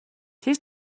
тэр